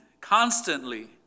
constantly